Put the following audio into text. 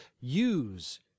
use